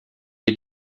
est